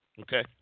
Okay